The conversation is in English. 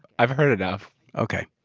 i've heard enough ok!